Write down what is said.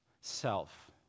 self